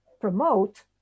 promote